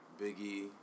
Biggie